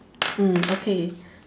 mm okay